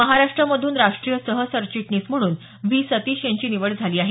महाराष्ट्रामधून राष्ट्रीय सह सरचिटणीस म्हणून व्ही सतीश यांची निवड झाली आहे